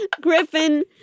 Griffin